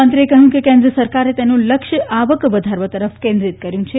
મંત્રીએ કહ્યું કે કેન્દ્ર સરકારે તેનું લક્ષ્ય આવક વધારવા તરફ કેન્દ્રીત કર્યું છે